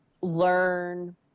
learn